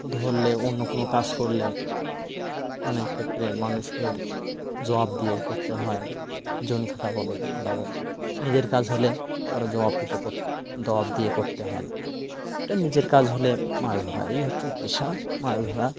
ধরলে অন্য কোনো কাজ করলে অনেক ক্ষেত্রে মানুষের জবাব দিয়ে করতে হয় জন খাটা বলো খাটা বলো নিজের কাজ হলে কারও জবাব দিতে জবাব দিয়ে করতে হয় না এটা নিজের কাজ হলে মাছ ধরা এই হচ্ছে পেশা মাছ ধরা